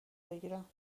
بگیرم